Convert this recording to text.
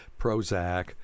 prozac